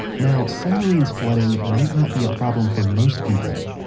now, submarines flooding might not be a problem for most people,